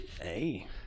hey